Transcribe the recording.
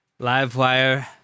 Livewire